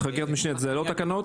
חקיקת המשנה היא לא תקנות?